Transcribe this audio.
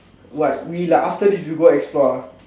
what we like after this we go explore ah